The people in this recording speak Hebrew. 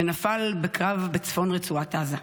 שנפל בקרב בצפון רצועת עזה.